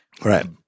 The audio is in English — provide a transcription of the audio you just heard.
Right